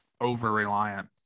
over-reliant